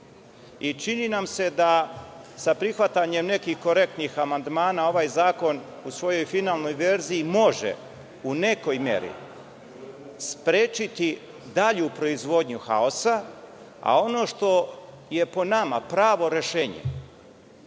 i čini nam se da sa prihvatanjem nekih korektnih amandmana, ovaj zakon u svojoj finalnoj verziji može u nekoj meri sprečiti dalju proizvodnju haosa, a ono što je po nama pravo rešenje